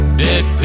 dead